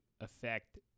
affect